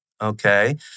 Okay